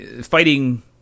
fighting